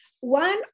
One